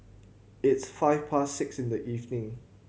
its five past six in the evening